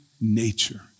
nature